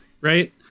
right